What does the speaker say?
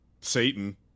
Satan